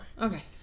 Okay